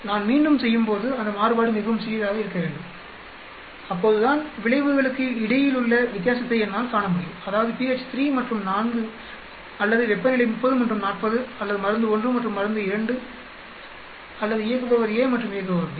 நான் மீண்டும் செய்யும்போது அந்த மாறுபாடு மிகவும் சிறியதாக இருக்க வேண்டும்அப்போதுதான் விளைவுகளுக்கு இடையிலுள்ள வித்தியாசத்தை என்னால் காண முடியும்அதாவது pH 3 மற்றும் 4 அல்லது வெப்பநிலை 30 மற்றும் 40 அல்லது மருந்து 1 மற்றும் மருந்து 2 அல்லது இயக்குபவர் a மற்றும் இயக்குபவர் b